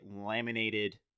laminated